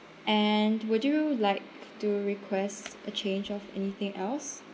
and would you like to request a change of anything else